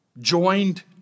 Joined